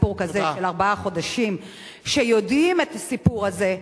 סיפור כזה שארבעה חודשים יודעים את הסיפור הזה,